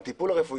הטיפול הרפואי.